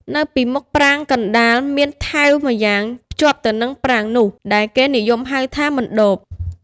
នៅពីមុខប្រាង្គកណ្តាលមានថែវម្យ៉ាងភ្ជាប់ទៅនឹងប្រាង្គនោះ ដែលគេនិយមហៅថា «មណ្ឌប»។